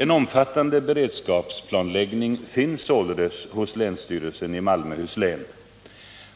En omfattande beredskapsplanläggning finns sålunda hos länsstyrelsen i Malmöhus län.